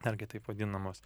dar kitaip vadinamos